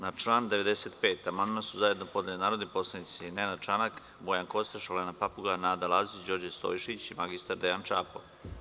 Na član 85. amandman su zajedno podneli narodni poslanici Nenad Čanak, Bojan Kostreš, Olena Papuga, Nada Lazić, Đorđe Stojšić i mr Dejan Čapo.